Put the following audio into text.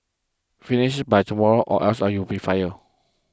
finish this by tomorrow or else you'll be fired